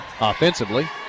offensively